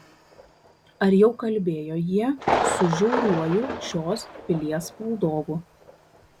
ar jau kalbėjo jie su žiauriuoju šios pilies valdovu